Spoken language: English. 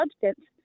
substance